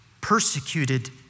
persecuted